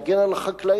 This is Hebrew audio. להגן על חקלאים,